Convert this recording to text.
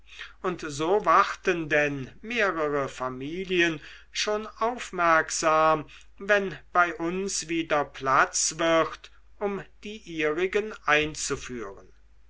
und so warten denn mehrere familien schon aufmerksam wenn bei uns wieder platz wird um die ihrigen einzuführen